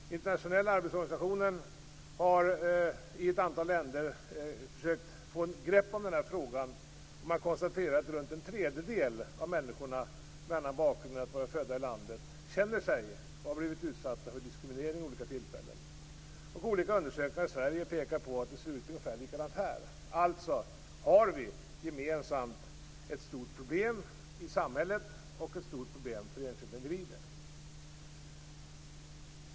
Den internationella arbetsorganisationen har i ett antal länder försökt få ett grepp om den här frågan, och man har konstaterat att runt en tredjedel av människorna som inte är födda i respektive land känner sig diskriminerade och har blivit utsatta för diskriminering vid olika tillfällen. Olika undersökningar gjorda i Sverige pekar på att det ser ungefär likadant ut här. Alltså har vi gemensamt ett stort problem i samhället och för enskilda individer.